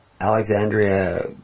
Alexandria